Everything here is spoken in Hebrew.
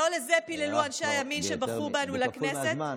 הארכת כבר בכפול מהזמן.